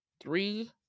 three